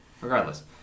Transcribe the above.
Regardless